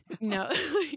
No